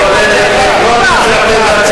איננה כוללת את כל מה שאתם רציתם.